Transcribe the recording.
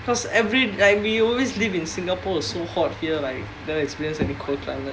because every like we always live in singapore it's so hot here like never experience any cold lah right